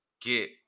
get